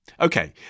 Okay